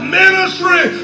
ministry